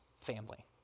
family